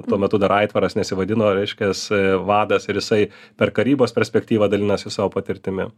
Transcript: tuo metu dar aitvaras nesivadino reiškias vadas ir jisai per karybos perspektyvą dalinasi savo patirtimi